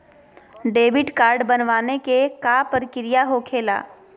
Debit card बनवाने के का प्रक्रिया होखेला?